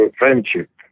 friendship